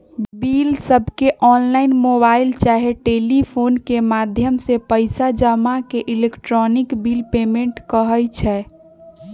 बिलसबके online, mobile चाहे telephone के माध्यम से पइसा जमा के इलेक्ट्रॉनिक बिल पेमेंट कहई छै